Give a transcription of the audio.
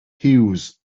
huws